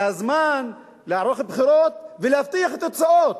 זה הזמן להיערך לבחירות ולהבטיח את התוצאות.